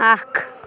اکھ